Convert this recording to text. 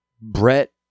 Brett